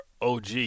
OG